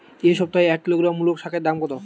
এ সপ্তাহে এক কিলোগ্রাম মুলো শাকের দাম কত?